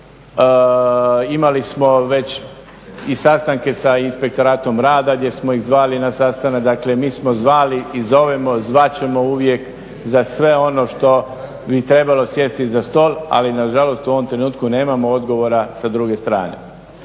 imali smo već i sastanke sa Inspektoratom rada gdje smo ih zvali na sastanak, dakle mi smo zvali i zovemo i zvat ćemo uvijek za sve ono što bi trebalo sjesti za stol, ali nažalost u ovom trenutku nemamo odgovora sa druge strane.